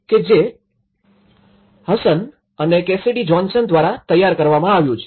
કે J Hassan અને Cassidy Johnson દ્વારા તૈયાર કરવામાં આવ્યું છે